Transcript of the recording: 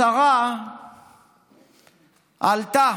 השרה עלתה